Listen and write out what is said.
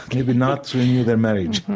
maybe not to renew their marriage,